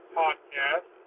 podcast